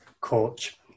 coach